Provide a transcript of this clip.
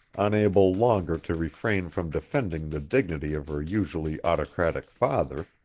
unable longer to refrain from defending the dignity of her usually autocratic father,